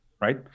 right